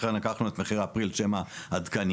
לכן לקחנו את מחירי אפריל שהם העדכניים.